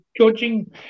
judging